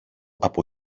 από